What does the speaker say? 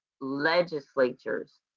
legislatures